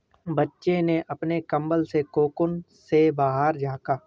बच्चे ने अपने कंबल के कोकून से बाहर झाँका